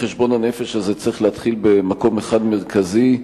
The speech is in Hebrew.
חשבון הנפש הזה צריך להתחיל במקום אחד מרכזי,